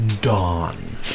Dawn